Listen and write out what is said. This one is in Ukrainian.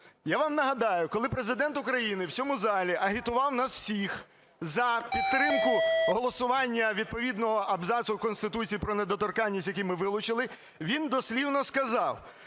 Я вам нагадаю, коли Президент України в цьому залі агітував нас всіх за підтримку голосування відповідного абзацу в Конституції про недоторканність, який ми вилучили, він дослівно сказав: